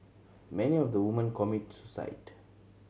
many of the woman commit suicide